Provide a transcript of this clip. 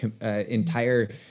entire